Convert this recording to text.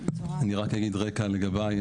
אני רק אגיד רקע לגביי.